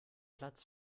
platz